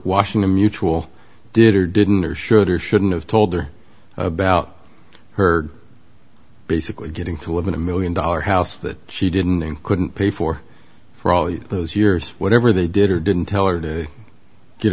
washington mutual did or didn't or should or shouldn't have told her about her basically getting two women a one million dollars house that she didn't couldn't pay for for all those years whatever they did or didn't tell her to get